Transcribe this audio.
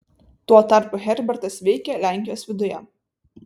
tuo tarpu herbertas veikė lenkijos viduje